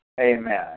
Amen